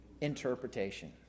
interpretation